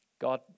God